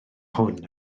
hwn